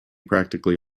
practically